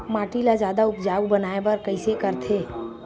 माटी ला जादा उपजाऊ बनाय बर कइसे करथे?